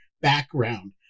background